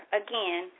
again